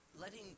Letting